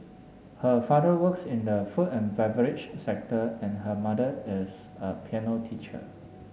her father works in the food and beverage sector and her mother is a piano teacher